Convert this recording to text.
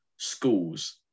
schools